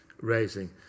raising